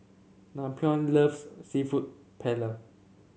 Napoleon loves seafood Paella